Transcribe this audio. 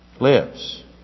lives